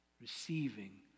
receiving